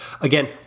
Again